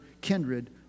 kindred